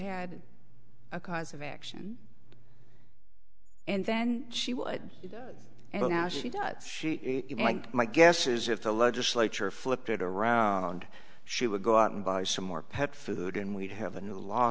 had a cause of action and then she would but now she does she my guess is if the legislature flipped it around she would go out and buy some more pet food and we'd have a new law